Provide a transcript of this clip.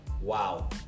Wow